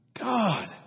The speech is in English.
God